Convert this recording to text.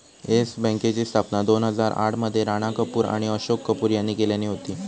yes बँकेची स्थापना दोन हजार आठ मध्ये राणा कपूर आणि अशोक कपूर यांनी केल्यानी होती